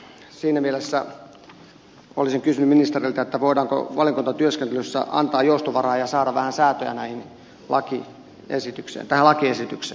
siinä mielessä olisin kysynyt ministeriltä voidaanko valiokuntatyöskentelyssä antaa joustovaraa ja saada vähän säätöä tähän lakiesitykseen